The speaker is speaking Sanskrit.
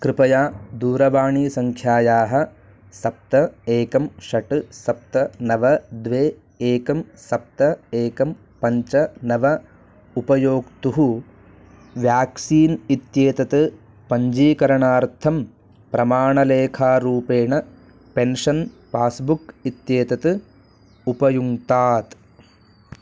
कृपया दूरवाणीसङ्ख्यायाः सप्त एकं षट् सप्त नव द्वे एकं सप्त एकं पञ्च नव उपयोक्तुः व्याक्सीन् इत्येतत् पञ्जीकरणार्थं प्रमाणलेखारूपेण पेन्शन् पास्बुक् इत्येतत् उपयुङ्क्तात्